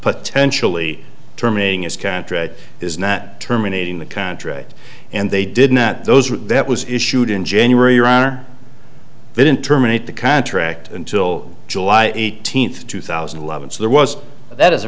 potentially terminating its contract is not terminating the contract and they did not those that was issued in january are or they didn't terminate the contract until july eighteenth two thousand and eleven so there was that doesn't